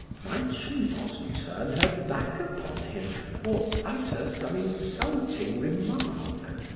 might she not turn her back upon him or utter some insulting remark?